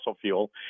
fuel